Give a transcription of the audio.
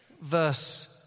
Verse